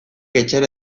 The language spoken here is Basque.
etxera